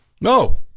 No